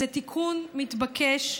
זה תיקון מתבקש,